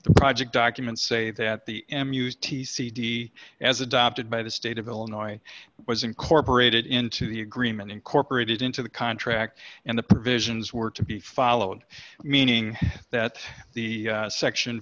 the project documents say that the m used to be cd as adopted by the state of illinois was incorporated into the agreement incorporated into the contract and the provisions were to be followed meaning that the section